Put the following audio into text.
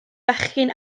bechgyn